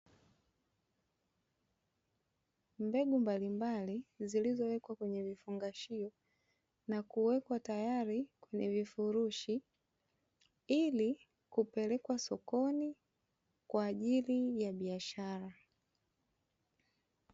Mbegu mbalimbali zilizowekwa kwenye vifungashio na kuwekwa tayari kwenye vifurushi ili kupelekwa sokoni kwa ajili ya biashara.